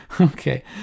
okay